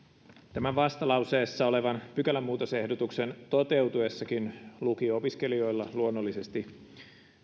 tämän vastalauseessa olevan pykälämuutosehdotuksen toteutuessakin lukio opiskelijoilla luonnollisesti